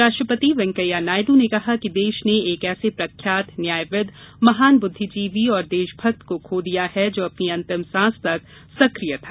उप राष्ट्रपति वैंकैया नायडू ने कहा कि देश ने एक ऐसे प्रख्यात न्यायविद महान बुद्धिजीवी और देशभक्त को खो दिया है जो अपनी अंतिम सांस तक सक्रिय था